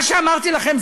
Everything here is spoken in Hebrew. מה שאמרתי לכם,